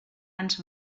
ens